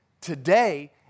Today